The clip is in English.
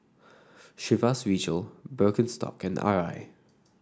Chivas Regal Birkenstock and Arai